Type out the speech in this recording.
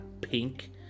Pink